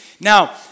Now